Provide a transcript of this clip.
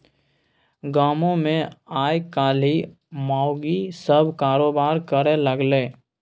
गामोमे आयकाल्हि माउगी सभ कारोबार करय लागलै